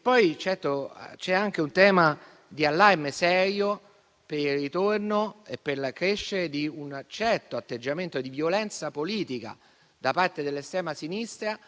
Poi c'è anche un tema di allarme serio per il ritorno e per il crescere di un certo atteggiamento di violenza politica da parte dell'estrema sinistra,